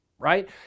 right